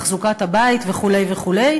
תחזוקת הבית וכו' וכו'.